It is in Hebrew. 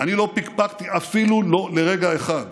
לא פקפקתי אפילו לרגע אחד